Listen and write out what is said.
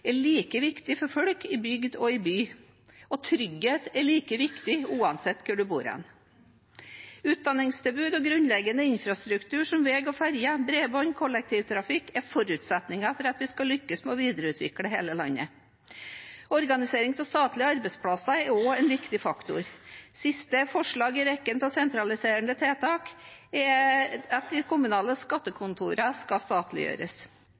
er like viktig for folk i bygd som i by. Trygghet er like viktig uansett hvor en bor. Utdanningstilbud og grunnleggende infrastruktur som vei, ferjer, bredbånd og kollektivtrafikk er forutsetninger for at vi skal lykkes med å videreutvikle hele landet. Organisering av statlige arbeidsplasser er også en viktig faktor. Siste forslag i rekken av sentraliserende tiltak er at de kommunale skattekontorene skal statliggjøres.